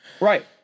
Right